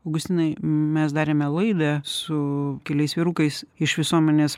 augustinai mes darėme laidą su keliais vyrukais iš visuomenės